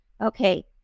Okay